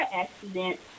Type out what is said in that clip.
accident